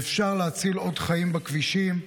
ואפשר להציל עוד חיים בכבישים.